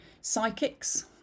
psychics